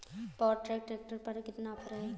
Power track tractor पर कितना offer है?